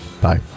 Bye